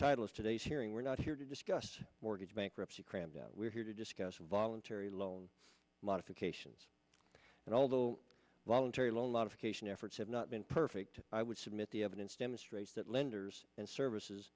title of today's hearing we're not here to discuss mortgage bankruptcy cramdown we're here to do yes voluntary loan modifications and although voluntary loan modification efforts have not been perfect i would submit the evidence demonstrates that lenders and services